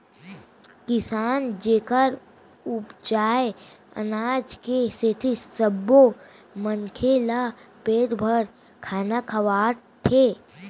किसान जेखर उपजाए अनाज के सेती सब्बो मनखे ल पेट भर खाना खावत हे